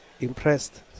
impressed